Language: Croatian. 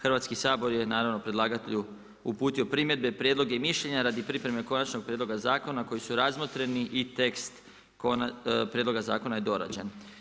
Hrvatski sabor je naravno predlagatelju uputio primjedbe, prijedloge i mišljenja radi pripreme konačnog prijedloga zakona koji su razmotreni i tekst prijedloga zakona je dorađen.